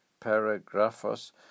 paragraphos